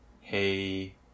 hey